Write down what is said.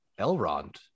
Elrond